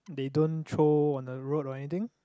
they don't throw on the road or anything